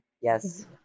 Yes